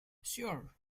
sure